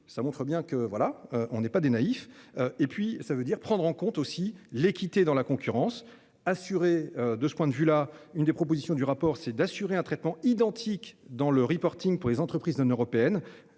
Ça montre bien que, voilà on n'est pas des naïfs et puis ça veut dire prendre en compte aussi l'équité dans la concurrence. De ce point de vue là une des propositions du rapport, c'est d'assurer un traitement identique dans le reporting pour les entreprises non européennes